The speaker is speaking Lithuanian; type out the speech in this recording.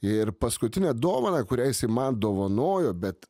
ir paskutinę dovaną kurią jisai man dovanojo bet